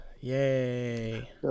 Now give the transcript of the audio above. Yay